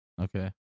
Okay